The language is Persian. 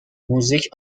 موزیک